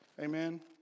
amen